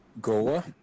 Goa